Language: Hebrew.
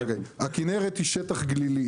הכנרת היא שטח גלילי,